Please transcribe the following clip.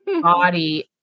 body